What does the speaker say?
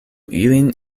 ilin